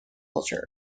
culture